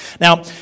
Now